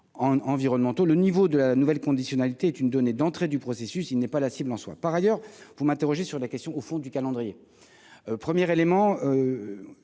environnementaux, le niveau de la nouvelle conditionnalité est tu ne donnée d'entrée du processus, il n'est pas la cible en soit par ailleurs vous m'interrogez sur la question au fond du calendrier première éléments